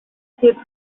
hier